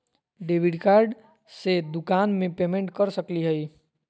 Debit card से दुकान में पेमेंट कर सकली हई?